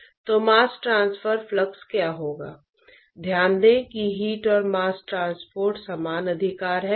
अब तक हमने बड़े पैमाने पर स्थानांतरण को कभी नहीं देखा क्योंकि जब कंडक्शन की बात आती है तो जन ट्रांसपोर्ट अप्रासंगिक है